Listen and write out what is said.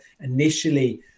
initially